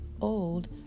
old